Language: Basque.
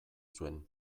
zuen